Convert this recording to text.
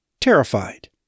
terrified